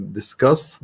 discuss